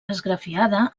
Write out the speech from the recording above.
esgrafiada